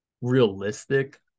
realistic